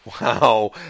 Wow